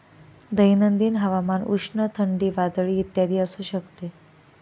दैनंदिन हवामान उष्ण, थंडी, वादळी इत्यादी असू शकते